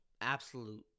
absolute